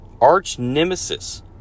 Arch-nemesis